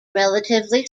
relatively